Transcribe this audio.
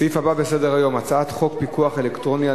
הסעיף הבא בסדר-היום: הצעת חוק פיקוח אלקטרוני על